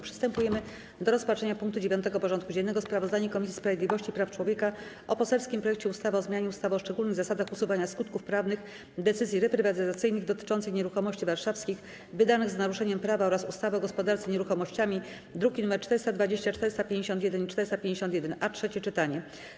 Przystępujemy do rozpatrzenia punktu 9. porządku dziennego: Sprawozdanie Komisji Sprawiedliwości i Praw Człowieka o poselskim projekcie ustawy o zmianie ustawy o szczególnych zasadach usuwania skutków prawnych decyzji reprywatyzacyjnych dotyczących nieruchomości warszawskich, wydanych z naruszeniem prawa oraz ustawy o gospodarce nieruchomościami (druki nr 420, 451 i 451-A) - trzecie czytanie.